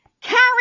carry